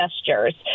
gestures